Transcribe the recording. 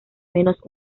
menos